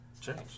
change